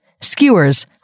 skewers